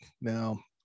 Now